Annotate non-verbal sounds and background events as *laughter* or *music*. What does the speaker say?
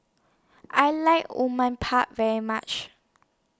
I like *unintelligible* very much